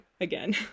again